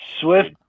Swift